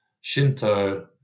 Shinto